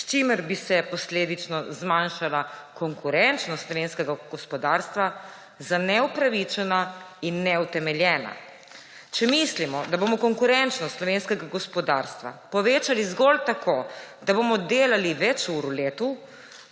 s čimer bi se posledično zmanjšala konkurenčnost slovenskega gospodarstva, neupravičena in neutemeljena. Če mi mislimo, da bomo konkurenčnost slovenskega gospodarstva povečali zgolj tako, da bomo delali več ur v letu,